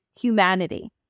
humanity